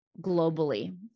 globally